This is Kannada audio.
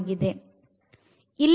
ಆಗಿದೆ